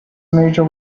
major